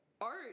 art